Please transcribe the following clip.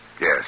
Yes